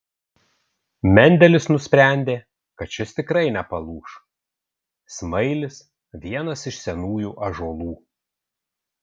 mendelis nusprendė kad šis tikrai nepalūš smailis vienas iš senųjų ąžuolų